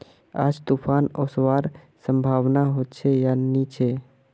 आज तूफ़ान ओसवार संभावना होचे या नी छे?